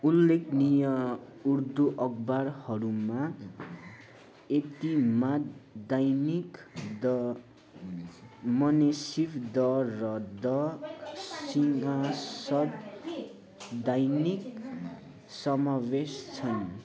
उल्लेखनीय उर्दू अखबारहरूमा एतेमाद दैनिक द मुन्सिफ द र द सियासत दैनिक समावेश छन्